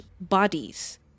bodies